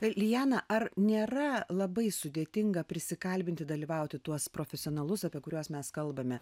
tai lijana ar nėra labai sudėtinga prisikalbinti dalyvauti tuos profesionalus apie kuriuos mes kalbame